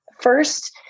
First